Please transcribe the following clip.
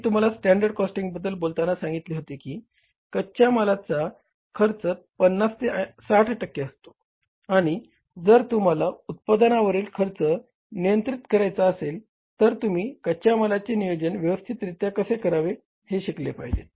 मी तुम्हाला स्टँडर्ड कॉस्टिंगबद्दल बोलताना सांगितले होते की कच्या मालाचा खर्च 50 ते 60 टक्के असतो आणि जर तुम्हाला उत्पादनावरील खर्च नियंत्रित करायचा असेल तर तुम्ही कच्या मालाचे नियोजन व्यवस्थितरीत्या कसे करावे हे शिकले पाहिजे